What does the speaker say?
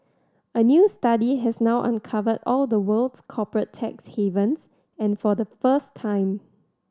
a new study has now uncovered all the world's corporate tax havens and for the first time